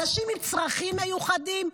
אנשים עם צרכים מיוחדים?